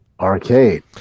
Arcade